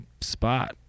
spot